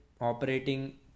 operating